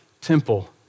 temple